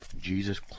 Jesus